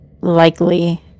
likely